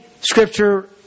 Scripture